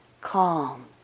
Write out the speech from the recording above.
calm